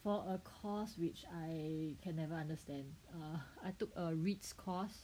for a course which I can never understand uh I took a R_E_I_T_S course